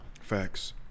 facts